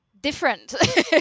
different